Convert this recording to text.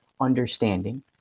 understanding